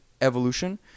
evolution